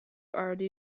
already